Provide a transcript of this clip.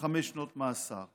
לחמש שנות מאסר.